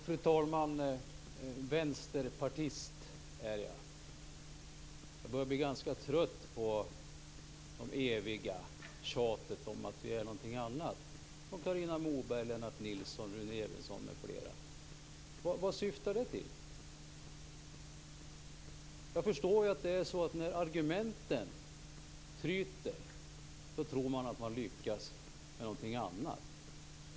Fru talman! Jag är vänsterpartist. Jag börjar bli ganska trött på det eviga tjatet om att vi vänsterpartister är något annat från Carina Moberg, Lennart Nilsson, Rune Evensson, m.fl. Vad syftar det till? Jag förstår att när argumenten tryter tror man att man lyckas med något annat.